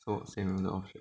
what same room 的 option